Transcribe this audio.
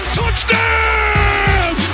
touchdown